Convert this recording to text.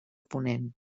ponent